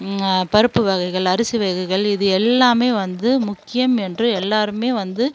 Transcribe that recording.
பருப்பு வகைகள் அரிசி வகைகள் இது எல்லாமே வந்து முக்கியம் என்று எல்லாேருமே வந்து